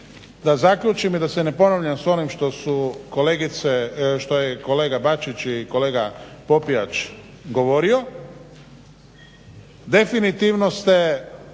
da zaključim i da se ne ponavljam s onim što je kolega Bačić i kolega Popijač govorio. definitivno ste